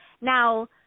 Now